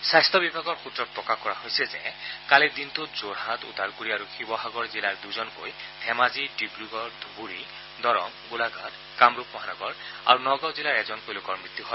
স্বাস্থ্য বিভাগৰ সূত্ৰত প্ৰকাশ কৰা হৈছে যে কালিৰ দিনটোত যোৰহাট ওদালগুৰি আৰু শিৱসাগৰ জিলাৰ দুজনকৈ ধেমাজি ডিব্ৰুগড় ধুবুৰী দৰং গোলাঘাট কামৰূপ মহানগৰ আৰু নগাঁও জিলাৰ এজনকৈ লোকৰ মৃত্যু হয়